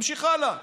נמשיך הלאה.